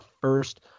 first